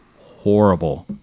horrible